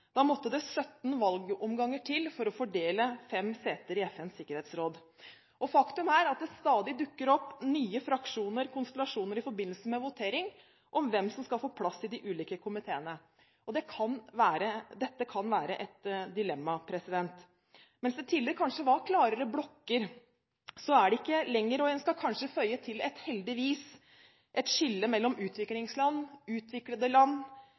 Da måtte det 17 valgomganger til for å fordele fem seter i FNs sikkerhetsråd. Faktum er at det stadig dukker opp nye fraksjoner, konstellasjoner, i forbindelse med votering om hvem som skal få plass i de ulike komiteene. Dette kan være et dilemma. Mens det tidligere kanskje var klarere blokker, er det ikke lenger – og en skal kanskje føye til et heldigvis – et skille mellom utviklingsland, utviklede land,